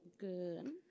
Good